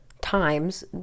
times